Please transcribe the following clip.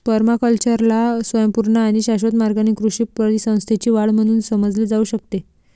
पर्माकल्चरला स्वयंपूर्ण आणि शाश्वत मार्गाने कृषी परिसंस्थेची वाढ म्हणून समजले जाऊ शकते